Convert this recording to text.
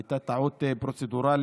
הייתה טעות פרוצדורלית,